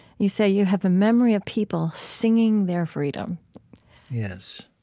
you say you have a memory of people singing their freedom yes.